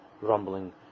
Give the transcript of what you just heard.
rumbling